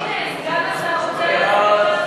הנה, סגן השר רוצה להסביר לנו,